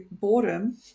boredom